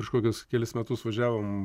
prieš kokius kelis metus važiavom